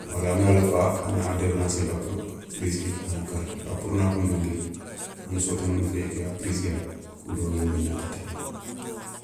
wala angana léf kha a na débranché bakka prize ké a na kara kha pourna koumou kenké a na sotini féyé ké ya prize ké ya kou do yinbé na kati rini.